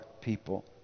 people